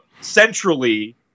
centrally